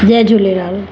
Jay Jhulelal